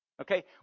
Okay